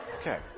Okay